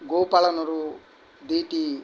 ଗୋପାଳନରୁ ଦୁଇଟି